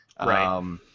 Right